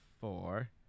four